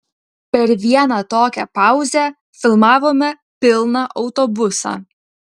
per vieną tokią pauzę filmavome pilną autobusą